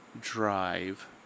drive